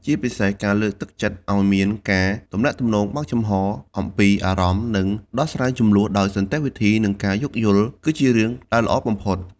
ជាពិសេស ការលើកទឹកចិត្តឲ្យមានការទំនាក់ទំនងបើកចំហរអំពីអារម្មណ៍ និងដោះស្រាយជម្លោះដោយសន្តិវិធី និងការយោគយល់ គឺជារឿងដែលល្អបំផុត។